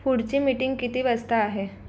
पुढची मीटिंग किती वाजता आहे